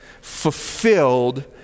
fulfilled